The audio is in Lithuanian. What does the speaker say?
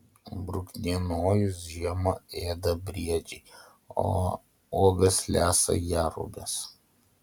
bruknienojus žiemą ėda briedžiai o uogas lesa jerubės